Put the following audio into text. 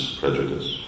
prejudice